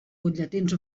butlletins